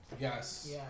Yes